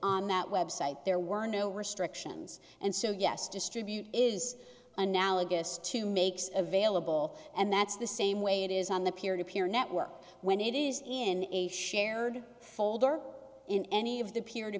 on that web site there were no restrictions and so yes distribute is analogous to makes available and that's the same way it is on the peer to peer network when it is in a shared folder in any of the peer to